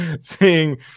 Seeing